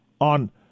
On